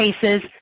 cases